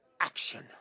action